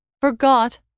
forgot